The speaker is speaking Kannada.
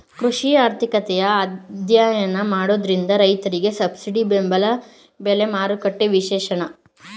ಕೃಷಿ ಆರ್ಥಿಕತೆಯ ಅಧ್ಯಯನ ಮಾಡೋದ್ರಿಂದ ರೈತರಿಗೆ ಸಬ್ಸಿಡಿ ಬೆಂಬಲ ಬೆಲೆ, ಮಾರುಕಟ್ಟೆ ವಿಶ್ಲೇಷಣೆ ಮಾಡೋಕೆ ಸಾಧ್ಯ